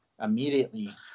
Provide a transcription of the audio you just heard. immediately